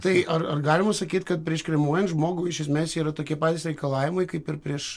tai ar ar galima sakyt kad prieš kremuojant žmogų iš esmės yra tokie patys reikalavimai kaip ir prieš